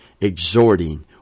exhorting